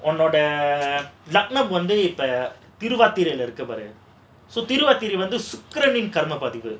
உன்னோட லக்கினம் வந்து இப்ப திருவாதிரைல இருக்கு பாரு:unnoda lakkinam vandhu ippa thiruvathiraila irukku paaru so Thiruvathirai வந்து சுக்கிரனின் கர்ம பதிவு:thiruvathirai vandhu sukkiranin karma padhivu